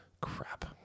Crap